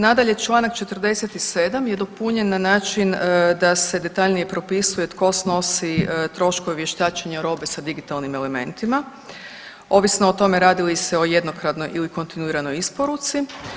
Nadalje članak 47. je dopunjen na način da se detaljnije propisuje tko snosi troškove vještačenja robe sa digitalnim elementima ovisno o tome radi li se o jednokratnoj ili kontinuiranoj isporuci.